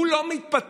הוא לא מתפטר,